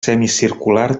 semicircular